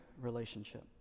relationship